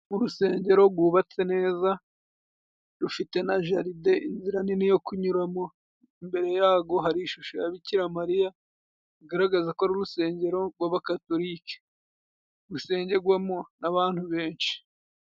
Urusengero gwubatse neza, rufite na jaride, inzira nini yo kunyuramo, imbere yagwo hari ishusho ya Bikiramariya igaragaza ko ari urusengero rw'Abakatolike, rusengerwamo n'abantu benshi.